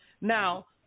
Now